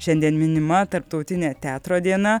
šiandien minima tarptautinė teatro diena